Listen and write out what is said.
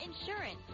insurance